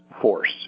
force